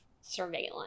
surveillance